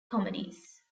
comedies